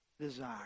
desire